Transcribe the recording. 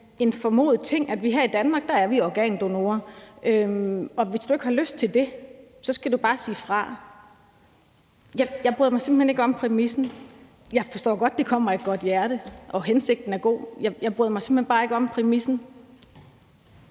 en formodet ting, at vi her i Danmark er organdonorer, og at du, hvis du ikke har lyst til det, bare skal sige fra. Jeg bryder mig simpelt hen ikke om præmissen. Jeg forstår godt, at det kommer af et godt hjerte, og at hensigten er god, men jeg bryder mig simpelt hen bare ikke om præmissen.